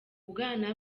bwana